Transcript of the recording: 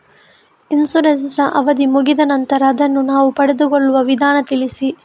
Insurance ನ ಅವಧಿ ಮುಗಿದ ನಂತರ ಅದನ್ನು ನಾವು ಪಡೆದುಕೊಳ್ಳುವ ವಿಧಾನ ತಿಳಿಸಿ?